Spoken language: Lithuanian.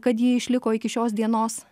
kad jie išliko iki šios dienos